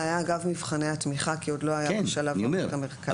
זה היה אגב מבחני התמיכה כי עוד לא היה בשלב הקמת --- אני אומר,